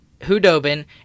Hudobin